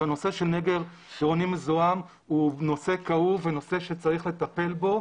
שהנושא של נגר עירוני מזוהם הוא נושא כאוב ונושא שצריך לטפל בו.